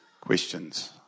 questions